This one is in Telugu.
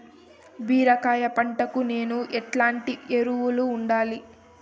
బీరకాయ పంటకు నేను ఎట్లాంటి ఎరువులు వాడాలి?